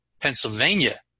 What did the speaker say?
Pennsylvania